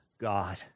God